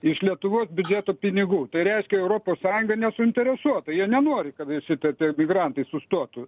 iš lietuvos biudžeto pinigų tai reiškia europos sąjunga nesuinteresuota jie nenori kad šitie tie migrantai sustotų